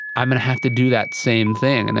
i'm going to have to do that same thing. and